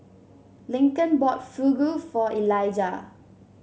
Lincoln bought Fugu for Eliga